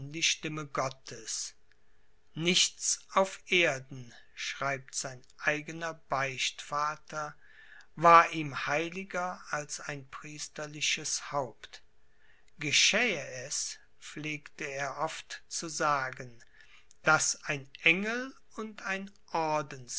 die stimme gottes nichts auf erden schreibt sein eigener beichtvater war ihm heiliger als ein priesterliches haupt geschähe es pflegte er oft zu sagen daß ein engel und ein